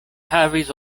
havis